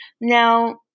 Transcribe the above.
Now